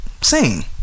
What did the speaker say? sing